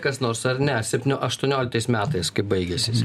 kas nors ar ne septynio aštuonioliktais metais kai baigėsis